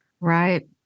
Right